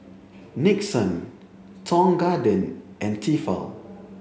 Nixon Tong Garden and Tefal